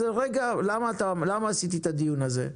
למה עשיתי את הדיון הזה?